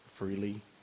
Freely